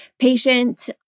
patient